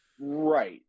Right